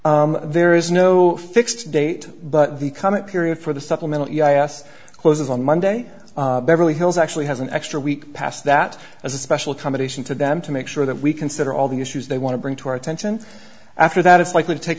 and there is no fixed date but the coming period for the supplemental yes closes on monday beverly hills actually has an extra week past that as a special combination to them to make sure that we consider all the issues they want to bring to our attention after that it's likely to take